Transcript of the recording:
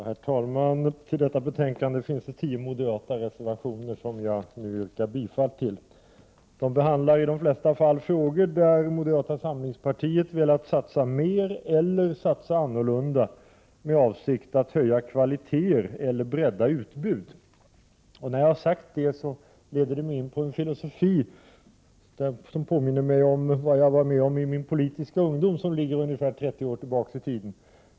Herr talman! I detta betänkande finns det tio moderata reservationer som jag nu yrkar bifall till. I dessa reservationer behandlas i de flesta fall frågor där moderata samlingspartiet har velat satsa mer eller annorlunda med avsikt att höja kvaliteter eller bredda utbud. När jag har sagt detta leder det mig in på en filosofi som påminner mig om vad jag var med om i min politiska ungdom som ligger ungefär 30 år tillbaka i tiden.